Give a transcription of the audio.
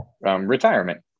retirement